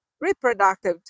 reproductive